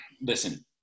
listen